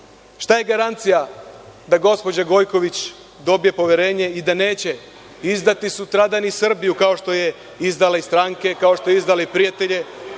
je garancija da gospođa Gojković dobije poverenje i da neće izdati sutradan i Srbiju, kao što je izdala i stranke, kao što je izdala i prijatelje,